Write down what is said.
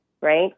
right